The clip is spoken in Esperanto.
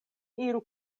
iru